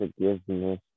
forgiveness